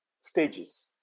stages